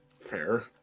Fair